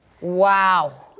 Wow